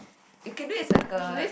you can bet it's like a